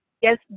yes